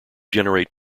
generate